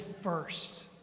first